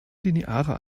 linearer